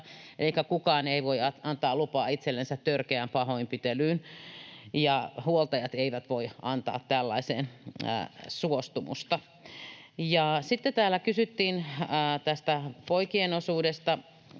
eikä kukaan voi antaa lupaa itsellensä törkeään pahoinpitelyyn ja huoltajat eivät voi antaa tällaiseen suostumusta. Sitten täällä kysyttiin tästä poikien osuudesta.